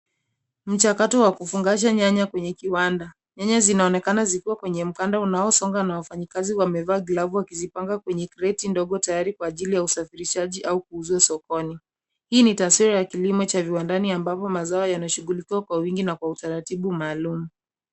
Mchakato wa kufungasha nyanya kwenye kiwanda, nyanya zinaonekana zikiwa kwenye mkanda unaosonga na wafanyikazi wamevaa glavu wakizipanga kwenye kreti ndogo tayari kwa ajili ya usafirishaji, au kwa kuuzwa sokoni. Hii ni taswira kilimo cha viwandani, ambapo mazao yanashughulikiwa kwa wingi na kwa utaratibu maalum.